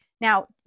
Now